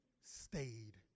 stayed